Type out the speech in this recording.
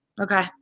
Okay